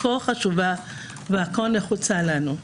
הכה חשובה והכה נחוצה לנו?